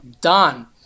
done